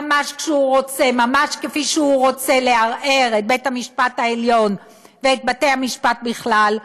ממש כפי שהוא רוצה לערער את בית-המשפט העליון ואת בתי-המשפט בכלל,